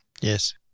yes